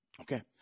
Okay